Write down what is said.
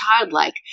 childlike